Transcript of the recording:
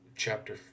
chapter